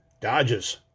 Dodges